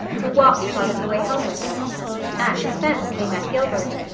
who walked part of the way home with her at the fence they met gilbert,